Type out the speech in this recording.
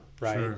right